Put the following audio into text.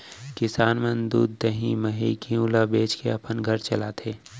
किसान मन दूद, दही, मही, घींव ल बेचके अपन घर चलाथें